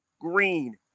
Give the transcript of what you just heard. Green